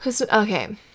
okay